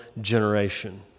generation